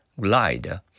Glide